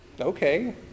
Okay